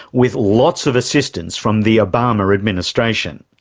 with lots of assistance from the obama administration.